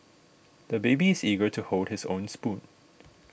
the baby is eager to hold his own spoon